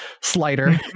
slider